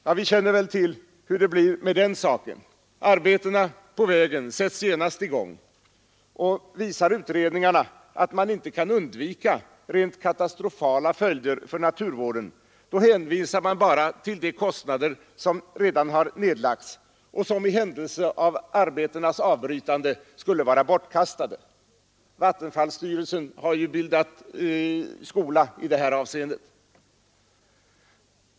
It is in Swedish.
Ja, vi känner väl till hur det blir med den saken. Arbetena på vägen sätts genast i gång, och visar utredningarna att man inte kan undvika rent katastrofala följder för naturvården, hänvisar de ansvariga bara till de kostnader som redan har nedlagts och som i händelse av arbetenas avbrytande skulle vara bortkastade; vattenfallsstyrelsen har ju bildat skola i det här avseendet.